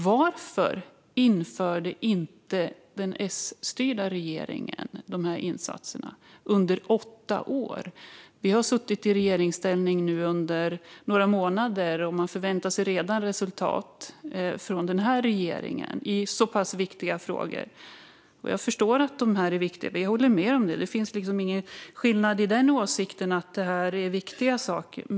Varför införde inte den S-styrda regeringen dessa insatser under sina åtta år? Vi har nu suttit i regeringsställning några månader, och man förväntar sig redan resultat från vår regering i så pass viktiga frågor. Jag förstår att de är viktiga; vi håller med om det. Det finns ingen skillnad i åsikten att det är viktiga saker.